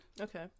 Okay